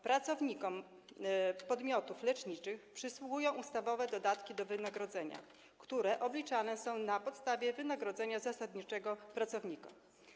Pracownikom podmiotów leczniczych przysługują ustawowe dodatki do wynagrodzenia, które obliczane są na podstawie wynagrodzenia zasadniczego pracowników.